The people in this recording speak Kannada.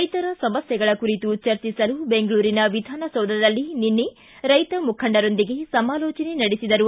ರೈತರ ಸಮಸ್ಥೆಗಳ ಕುರಿತು ಚರ್ಚಿಸಲು ಬೆಂಗಳೂರಿನ ವಿಧಾನಸೌಧದಲ್ಲಿ ನಿನ್ನೆ ರೈತ ಮುಖಂಡರೊಂದಿಗೆ ಸಮಾಲೋಚನೆ ನಡೆಸಿದರು